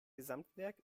gesamtwerk